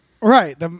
right